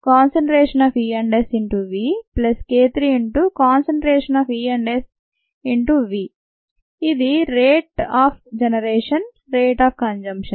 rcESk2ESVk3ESV ఇది rate of generation rate of consumption